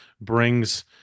brings